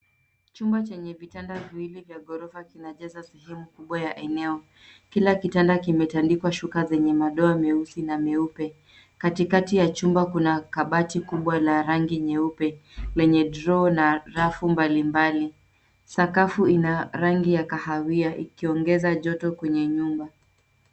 Chumba chenye vitanda viwili vya ghorofa kinajaza sehemu kubwa la eneo. Kila kitanda kimetandikwa shuka lenye madoa meusi na meupe. Katikati ya chumba kuna kabati kubwa la rangi nyeupe lenye cs[draw]cs na rafu mbalimbali. Sakafu ina rangi ya kahawia, ikiongeza joto kwenye nyumba.